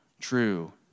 true